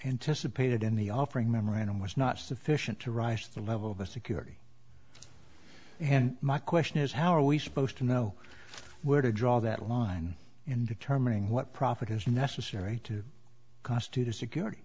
anticipated in the offering memorandum was not sufficient to rush the level of the security and my question is how are we supposed to know where to draw that line in determining what profit is necessary to constitute a security